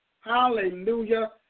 Hallelujah